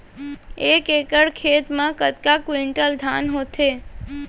एक एकड़ खेत मा कतका क्विंटल धान होथे?